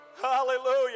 hallelujah